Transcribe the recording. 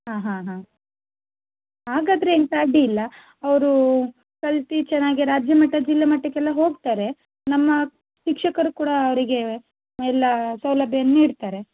ಹಾಂ ಹಾಂ ಹಾಂ ಹಾಗಾದರೆ ಎಂಥ ಅಡ್ಡಿಯಿಲ್ಲ ಅವರು ಕಲಿತು ಚೆನ್ನಾಗಿ ರಾಜ್ಯಮಟ್ಟ ಜಿಲ್ಲಾಮಟ್ಟಕ್ಕೆಲ್ಲ ಹೋಗ್ತಾರೆ ನಮ್ಮ ಶಿಕ್ಷಕರು ಕೂಡ ಅವರಿಗೆ ಎಲ್ಲ ಸೌಲಭ್ಯವನ್ನು ನೀಡ್ತಾರೆ